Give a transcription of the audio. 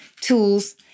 tools